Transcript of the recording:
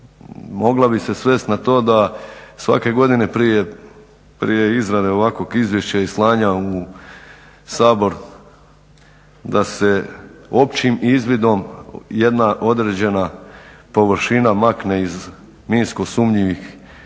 mogla svesti na to da svake godine prije izrade ovakvog izvješća i slanja u Sabor da se općim izvidom jedna određena površina makne iz minsko sumnjivih područja